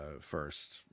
first